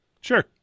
Sure